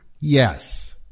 yes